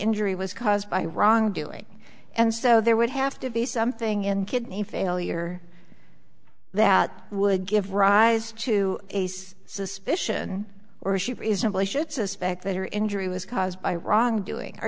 injury was caused by wrong doing and so there would have to be something in kidney failure that would give rise to ace suspicion or she isn't i should suspect that her injury was caused by wrongdoing are